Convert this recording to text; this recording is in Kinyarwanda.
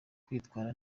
kwitwara